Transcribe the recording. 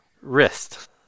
Wrist